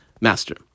master